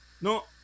No